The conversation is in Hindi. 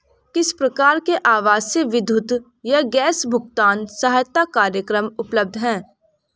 किस प्रकार के आवासीय विद्युत या गैस भुगतान सहायता कार्यक्रम उपलब्ध हैं?